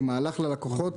כמהלך ללקוחות,